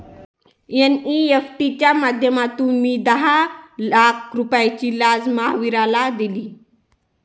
NEFT च्या माध्यमातून मी दहा लाख रुपयांची लाच महावीरला दिली